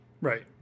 Right